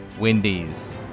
Wendy's